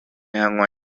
hag̃ua